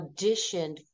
auditioned